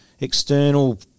external